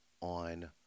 on